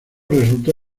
resultó